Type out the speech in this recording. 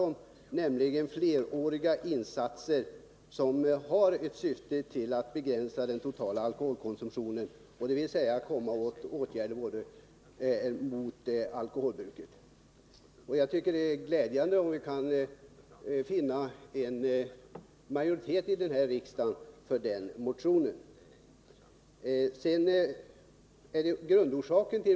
I den föreslår vi fleråriga insatser som har till syfte att begränsa den totala alkoholkonsumtionen, bl.a. åtgärder för att komma åt alkoholmissbruket. Det vore glädjande om vi kunde få en majoritet i riksdagen att stödja den motionen.